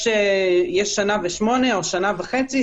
יש שנה ושמונה חודשים או שנה וחצי,